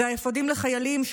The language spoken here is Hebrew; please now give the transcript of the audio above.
זה האפודים לחיילים,